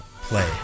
play